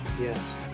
Yes